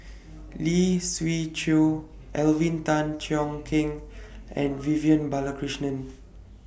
Lee Siew Choh Alvin Tan Cheong Kheng and Vivian Balakrishnan